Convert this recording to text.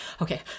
Okay